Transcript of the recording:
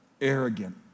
arrogant